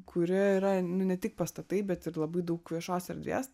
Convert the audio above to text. kurioj yra nu ne tik pastatai bet ir labai daug viešos erdvės